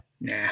Nah